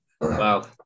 Wow